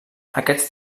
aquests